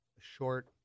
short